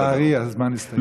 לצערי, הזמן הסתיים.